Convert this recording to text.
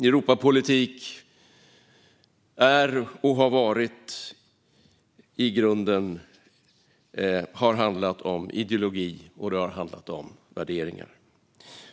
Europapolitik handlar i grunden om ideologi och värderingar.